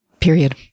Period